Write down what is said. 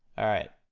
alright.